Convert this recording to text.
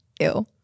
Ew